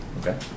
Okay